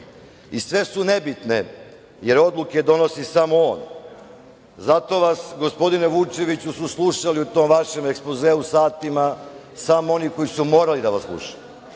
i sve su nebitne, jer odluke donosi samo on. Zato su vas, gospodine Vučeviću, slušali o tom vašem ekspozeu satima samo oni koji su morali da vas slušaju.